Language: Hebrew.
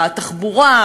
התחבורה,